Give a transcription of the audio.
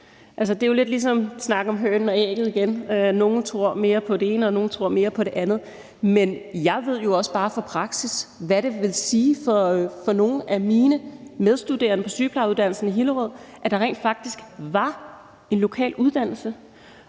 Det er jo lidt ligesom snakken om hønen og ægget igen; nogle tror mere på det ene, og nogle tror mere på det andet. Men jeg ved jo også bare fra praksis, hvad det betød for nogle af mine medstuderende på sygeplejerskeuddannelse i Hillerød, at der rent faktisk var en lokal uddannelse.